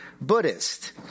Buddhist